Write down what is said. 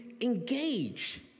engage